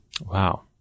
Wow